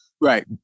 right